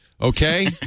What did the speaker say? Okay